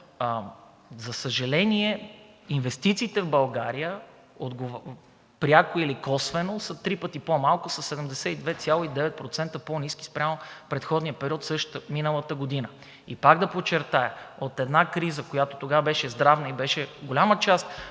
за съжаление, инвестициите в България, пряко или косвено, са три пъти по-малко, със 72,9% по-ниски спрямо предходния период на миналата година. И пак да подчертая, от една криза, която тогава беше здравна, и беше блокирана